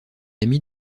amie